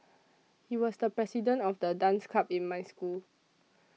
he was the president of the dance club in my school